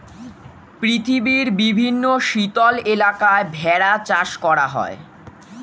পৃথিবীর বিভিন্ন শীতল এলাকায় ভেড়া চাষ করা হয়